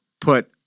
put